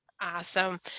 Awesome